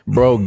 Bro